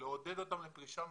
לעודד אותם לפרישה מוקדמת.